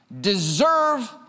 deserve